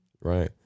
Right